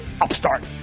Upstart